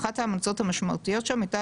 אחת ההמלצות המשמעותיות שם הייתה